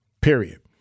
period